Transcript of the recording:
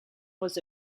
was